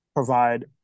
provide